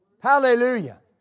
Hallelujah